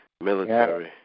Military